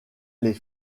les